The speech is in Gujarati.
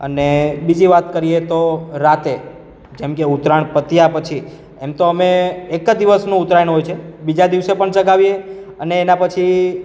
અને બીજી વાત કરીએ તો રાતે જેમ કે ઉત્તરાયણ પત્યા પછી એમ તો અમે એક જ દિવસનું ઉત્તરાયણ હોય છે બીજા દિવસે પણ ચગાવીએ અને એના પછી